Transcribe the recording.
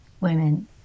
women